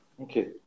Okay